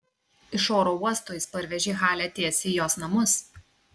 iš oro uosto jis parvežė halę tiesiai į jos namus